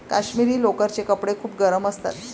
काश्मिरी लोकरचे कपडे खूप गरम असतात